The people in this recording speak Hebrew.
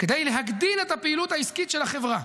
כדי להגדיל את הפעילות העסקית של החברה,